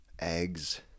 eggs